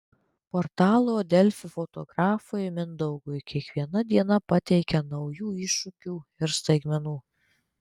portalo delfi fotografui mindaugui kiekviena diena pateikia naujų iššūkių ir staigmenų